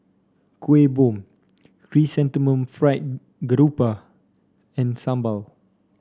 Kueh Bom Chrysanthemum Fried Garoupa and sambal